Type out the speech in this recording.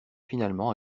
finalement